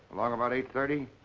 um about eight thirty?